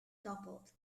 toppled